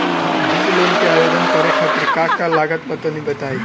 कृषि लोन के आवेदन करे खातिर का का लागत बा तनि बताई?